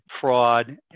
fraud